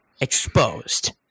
exposed